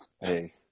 Hey